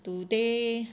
today